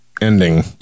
ending